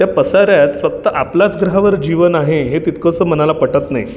त्या पसाऱ्यात फक्त आपलाच ग्रहावर जीवन आहे हे तितकंसं मनाला पटत नाही